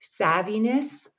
savviness